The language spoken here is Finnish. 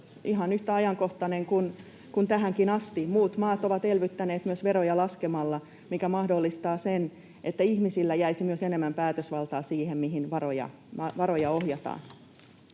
ihan yhtä ajankohtainen kuin tähänkin asti. Muut maat ovat elvyttäneet myös veroja laskemalla, mikä mahdollistaa sen, että ihmisillä jäisi myös enemmän päätösvaltaa siihen, mihin varoja ohjataan.